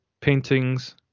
paintings